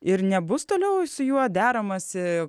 ir nebus toliau su juo deramasi